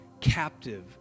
captive